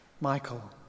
Michael